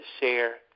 share